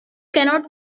cannot